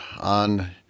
on